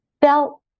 felt